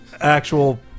actual